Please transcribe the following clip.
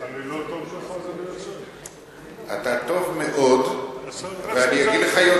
אני לא טוב בשבילך,